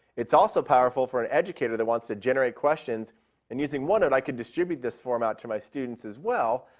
it's also powerful for an educator that wants to generate questions and using onenote, i can distribute this form out to my students as well,